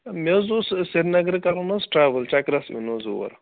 مےٚ حظ اوس سرینگرٕ کَرُن حظ ٹراوٕل چَکرَس یُن حظ اور